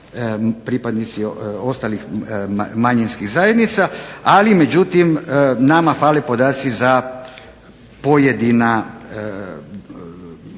pripadnici ostalih manjinskih zajednica. Ali međutim nama fale podaci za pojedine